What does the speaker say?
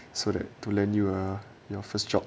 so that to lend you your first job